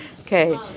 Okay